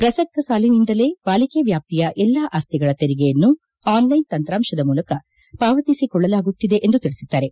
ಪ್ರಸಕ್ತ ಸಾಲಿನಿಂದಲೇ ಪಾಲಿಕೆ ವ್ಯಾಪ್ತಿಯ ಎಲ್ಲಾ ಆಸ್ತಿಗಳ ತೆರಿಗೆಯನ್ನು ಆನ್ಲೈನ್ ತಂತ್ರಾಂಶದ ಮೂಲಕ ಪಾವತಿಸಿಕೊಳ್ಳಲಾಗುತ್ತಿದೆ ಎಂದು ತಿಳಿಸಿದ್ದಾರೆ